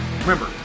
Remember